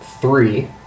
three